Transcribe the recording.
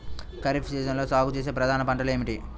ఖరీఫ్ సీజన్లో సాగుచేసే ప్రధాన పంటలు ఏమిటీ?